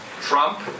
Trump